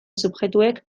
subjektuek